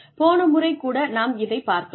போன முறை கூட நாம் இதைப் பார்த்தோம்